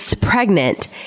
pregnant